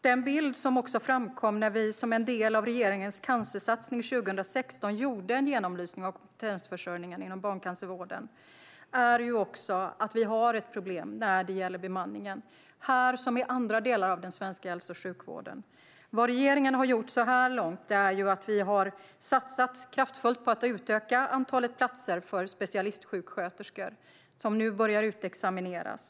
Den bild som också framkom när vi, som en del av regeringens cancersatsning 2016, gjorde en genomlysning av kompetensförsörjningen inom barncancervården är att vi har ett problem när det gäller bemanningen här liksom i andra delar av den svenska hälso och sjukvården. Vad regeringen har gjort så här långt är att vi har satsat kraftfullt på att utöka antalet platser för specialistsjuksköterskor som nu börjar utexamineras.